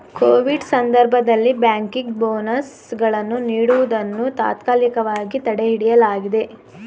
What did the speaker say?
Covid ಸಂದರ್ಭದಲ್ಲಿ banking bonus ಗಳನ್ನು ನೀಡುವುದನ್ನು ತಾತ್ಕಾಲಿಕವಾಗಿ ತಡೆಹಿಡಿಯಲಾಗಿದೆ